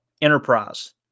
enterprise